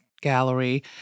Gallery